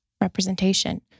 representation